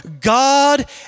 God